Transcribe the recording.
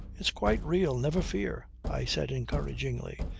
it's quite real. never fear, i said encouragingly,